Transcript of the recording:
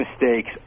mistakes